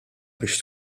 biex